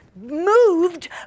moved